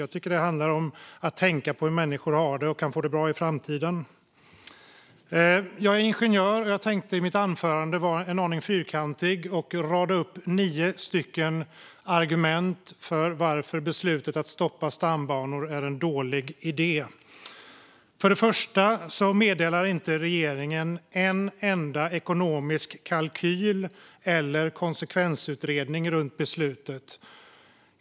Jag tycker att det handlar om att tänka på hur människor har det och hur de kan få det bra i framtiden. Jag är ingenjör, och jag tänkte i mitt anförande vara en aning fyrkantig och rada upp nio argument för att beslutet att stoppa stambanor är en dålig idé. Det första är att regeringen inte meddelar en enda ekonomisk kalkyl eller konsekvensutredning runt beslutet.